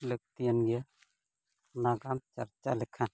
ᱞᱟᱹᱠᱛᱤᱭᱟᱱ ᱜᱮᱭᱟ ᱱᱟᱜᱟᱢ ᱪᱟᱨᱪᱟ ᱞᱮᱠᱷᱟᱱ